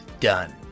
done